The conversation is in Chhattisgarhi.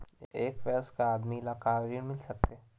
एक वयस्क आदमी ल का ऋण मिल सकथे?